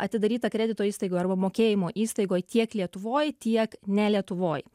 atidaryta kredito įstaigoj arba mokėjimo įstaigoj tiek lietuvoj tiek ne lietuvoj